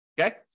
okay